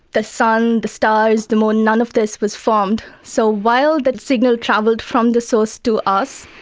the sun, the stars, the moon, none of this was formed. so while that signal travelled from the source to us,